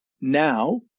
Now